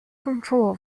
control